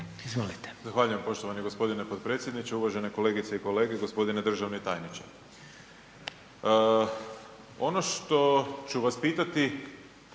Izvolite.